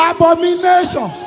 Abomination